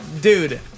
dude